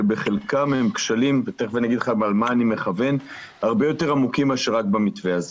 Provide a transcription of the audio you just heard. שבחלקם כשלים הרבה יותר עמוקים מאשר רק במתווה הזה.